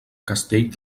castell